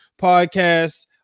podcast